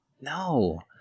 No